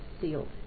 sealed